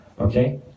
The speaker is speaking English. Okay